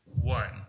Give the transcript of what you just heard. one